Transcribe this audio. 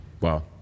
Wow